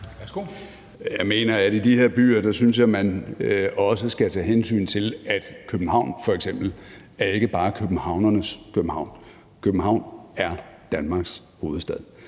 Jeg synes, at man i de her byer også skal tage hensyn til, at København f.eks. ikke bare er københavnernes København. København er Danmarks hovedstad,